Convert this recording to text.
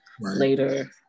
later